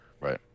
Right